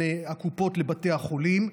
בין הקופות לבתי החולים.